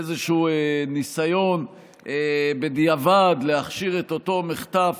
איזשהו ניסיון בדיעבד להכשיר את אותו מחטף